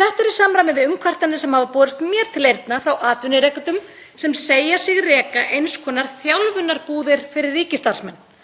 Þetta er í samræmi við umkvartanir sem hafa borist mér til eyrna frá atvinnurekendum sem segja sig reka eins konar þjálfunarbúðir fyrir ríkisstarfsmenn.